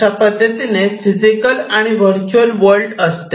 अशा पद्धतीने फिजिकल आणि व्हर्च्युअल वर्ल्ड असते